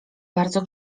bardzo